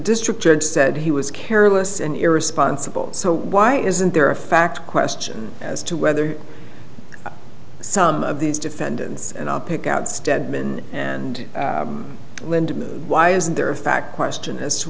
district judge said he was careless and irresponsible so why isn't there a fact question as to whether some of these defendants and i'll pick out stedman and linda why isn't there a fact question as to